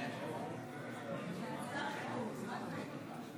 חברת הכנסת.